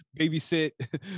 babysit